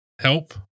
help